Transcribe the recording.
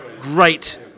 Great